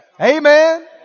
Amen